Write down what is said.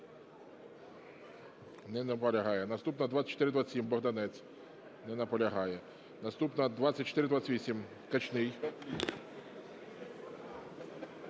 Не наполягає. Наступна - 2427, Богданець. Не наполягає. Наступна - 2428, Качний.